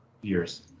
Years